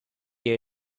you